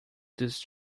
these